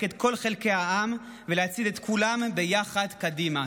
את כל חלקי העם ולהצעיד את כולם ביחד קדימה.